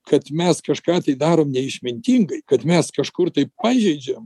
kad mes kažką tai darom neišmintingai kad mes kažkur taip pažeidžiam